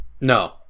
No